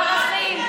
ערכים,